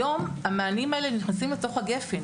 היום, המענים האלה נכנסים לתוך הגפ"ן.